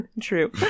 True